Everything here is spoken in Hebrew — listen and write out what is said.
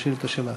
לשאילתה שלך.